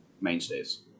mainstays